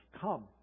Come